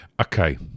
okay